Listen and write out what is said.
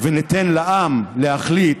וניתן לעם להחליט,